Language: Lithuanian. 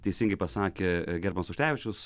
teisingai pasakė gerbiamas auštrevičius